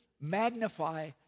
magnify